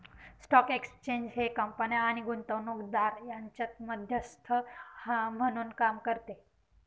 stock exchange हे कंपन्या आणि गुंतवणूकदार यांच्यात मध्यस्थ म्हणून काम करते